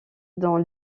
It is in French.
dans